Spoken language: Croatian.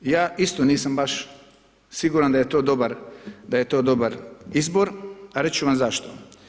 Ja isto nisam baš siguran da je to dobar izbor, reći ću vam zašto.